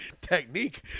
technique